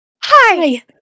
Hi